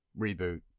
reboot